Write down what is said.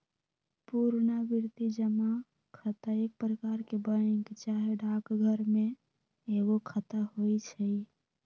पुरनावृति जमा खता एक प्रकार के बैंक चाहे डाकघर में एगो खता होइ छइ